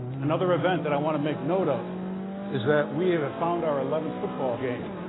another event that i want to make note of is that we have found our eleventh football game.